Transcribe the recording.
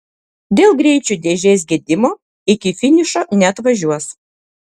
dėl greičių dėžės gedimo iki finišo neatvažiuos